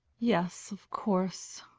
yes, of course.